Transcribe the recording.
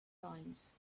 times